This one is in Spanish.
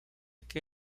que